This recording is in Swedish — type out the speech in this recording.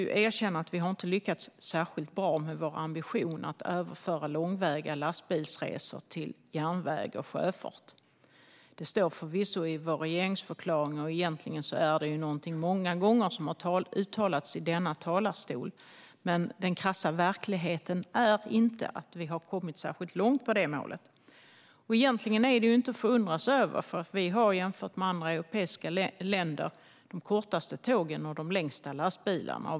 Jag måste erkänna att vi inte har lyckats särskilt bra med vår ambition att överföra långväga lastbilsresor till järnväg och sjöfart. Det står förvisso om detta i regeringsförklaringen, och egentligen är det något som många gånger har uttalats i denna talarstol. Men den krassa verkligheten är att vi inte har kommit särskilt långt med detta mål. Egentligen är det inget att förundras över, för jämfört med andra europeiska länder har vi de kortaste tågen och de längsta lastbilarna.